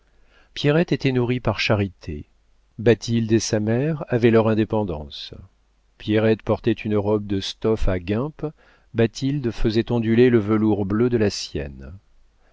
pierrette était nourrie par charité bathilde et sa mère avaient leur indépendance pierrette portait une robe de stoff à guimpe bathilde faisait onduler le velours bleu de la sienne